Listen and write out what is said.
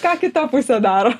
ką kita pusė daro